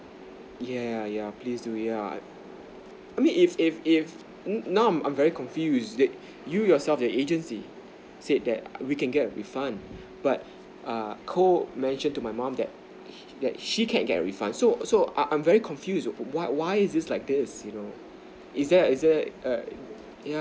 yeah yeah yeah please do it yeah I mean if if if now I'm very confuse that you yourself the agency said that we can get a refund but err koh mentioned to my mom that that she can't get refund so so I'm I'm very confused why why is this like this you know is there is there err yeah